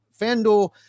FanDuel